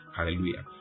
Hallelujah